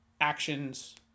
actions